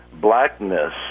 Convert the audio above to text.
blackness